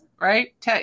right